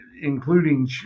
including